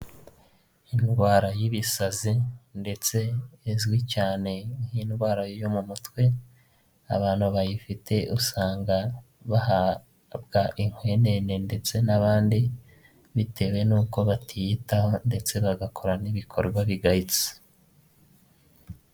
Indwara y'ibisazi ndetse izwi cyane nk'indwara yo mu mutwe, abantu bayifite usanga bahabwa inkwenene ndetse n'abandi bitewe n'uko batiyitaho ndetse bagakora n'ibikorwa bigayitse.